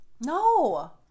No